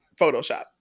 Photoshop